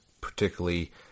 Particularly